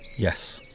yes